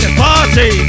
party